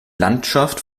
landschaft